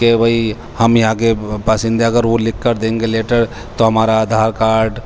کہ بھائی ہم یہاں کے باشندے ہیں اگر وہ لکھ کر دیں گے لیٹر تو ہمارا آدھار کاڈ